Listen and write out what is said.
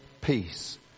peace